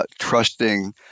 trusting